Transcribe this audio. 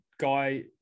guy